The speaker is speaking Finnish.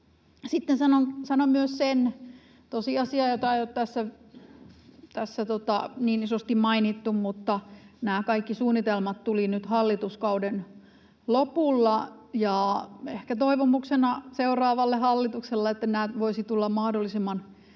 Sitten sanon myös sen tosiasian, jota ei ole tässä niin isosti mainittu, että nämä kaikki suunnitelmat tulivat nyt hallituskauden lopulla, ja ehkä toivomuksena seuraavalle hallitukselle sanon, että nämä voisivat tulla mahdollisimman